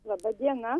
laba diena